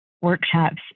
workshops